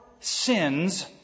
sins